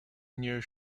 near